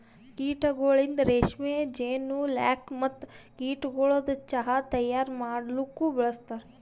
ಕೀಟಗೊಳಿಂದ್ ರೇಷ್ಮೆ, ಜೇನು, ಲ್ಯಾಕ್ ಮತ್ತ ಕೀಟಗೊಳದು ಚಾಹ್ ತೈಯಾರ್ ಮಾಡಲೂಕ್ ಬಳಸ್ತಾರ್